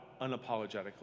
unapologetically